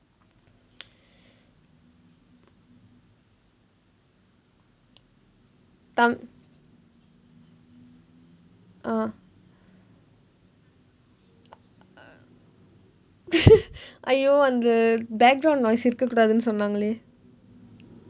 ah !aiyo! அந்த:andtha background noise இருக்கக்கூடாதுன்னு சொன்னாங்களே:irukkakkuudaathunnu sonnaangkalee